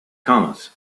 commas